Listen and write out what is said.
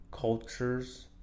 cultures